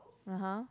(uh huh)